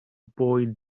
boy